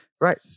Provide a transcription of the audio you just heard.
right